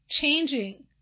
changing